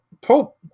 Pope